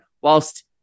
whilst